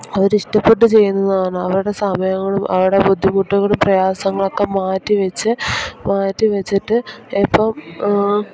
അവർ ഇഷ്ടപെട്ട് ചെയ്യുന്നതാണ് അവരുടെ സമയവും അവരുടെ ബുദ്ധിമുട്ടുകളും പ്രയാസങ്ങളൊക്കെ മാറ്റിവെച്ച് മാറ്റിവെച്ചിട്ട് ഇപ്പം